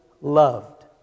loved